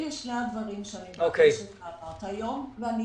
אלה שני הדברים שאני מבקשת להעלות היום, ואני